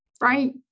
Right